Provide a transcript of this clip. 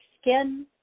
skin